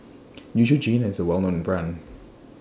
Neutrogena IS A Well known Brand